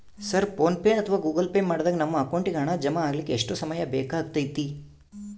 Sir PhonePe ಅಥವಾ Google Pay ಮಾಡಿದಾಗ ನಮ್ಮ ಅಕೌಂಟಿಗೆ ಹಣ ಜಮಾ ಆಗಲಿಕ್ಕೆ ಎಷ್ಟು ಸಮಯ ಬೇಕಾಗತೈತಿ?